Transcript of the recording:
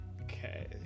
Okay